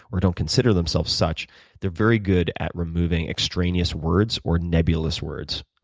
or don't consider themselves such they're very good at removing extraneous words or nebulous words,